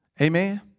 Amen